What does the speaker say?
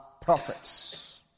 prophets